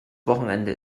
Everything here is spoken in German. wochenende